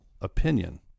opinion